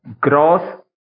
gross